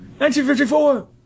1954